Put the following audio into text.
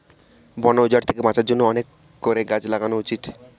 বন উজাড় থেকে বাঁচার জন্য অনেক করে গাছ লাগানো উচিত